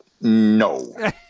No